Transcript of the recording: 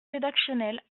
rédactionnel